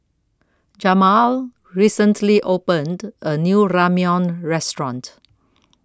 Jamaal recently opened A New Ramyeon Restaurant